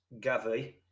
Gavi